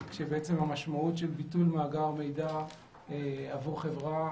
והמשמעות של ביטול מאגר מידע עבור חברה